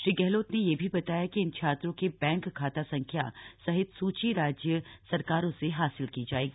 श्री गहलोत ने यह भी बताया कि इन छात्रों के बैंक खाता संख्या सहित सूची राज्य सरकारों से हासिल की जाएगी